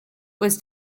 was